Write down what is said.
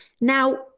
Now